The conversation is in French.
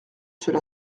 cela